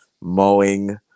mowing